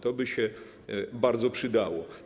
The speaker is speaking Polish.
To by się bardzo przydało.